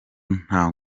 nta